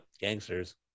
Gangsters